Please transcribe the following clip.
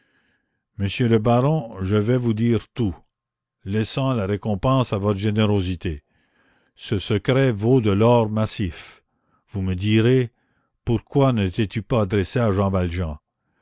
monsieur le baron je vais vous dire tout laissant la récompense à votre générosité ce secret vaut de l'or massif vous me direz pourquoi ne t'es-tu pas adressé à jean valjean